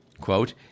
quote